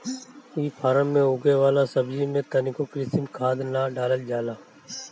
इ फार्म में उगे वाला सब्जी में तनिको कृत्रिम खाद ना डालल जाला